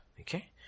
Okay